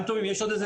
אני אומר את זה